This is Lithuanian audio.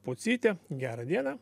pocytė gerą dieną